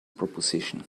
proposition